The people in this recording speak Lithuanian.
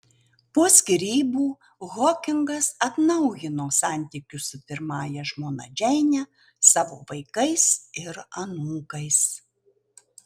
po skyrybų hokingas atnaujino santykius su pirmąja žmona džeine savo vaikais ir anūkais